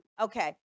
Okay